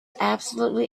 absolutely